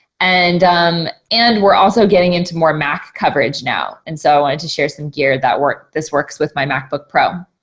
and um and we're also getting into more mac coverage now. and so i wanted to share some gear that worked. this works with my mac book pro.